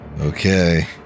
Okay